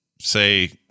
say